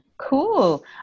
Cool